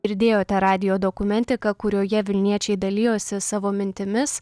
girdėjote radijo dokumentiką kurioje vilniečiai dalijosi savo mintimis